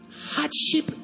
Hardship